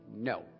No